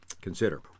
consider